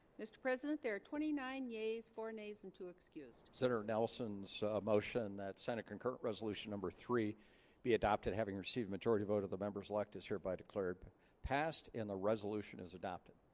mr. president there are twenty nine yeas for days and two excused senator nelson's motion that senate concurrent resolution number three be adopted having received a majority vote of the members elect is hereby declared passed and the resolution is adopted